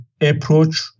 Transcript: approach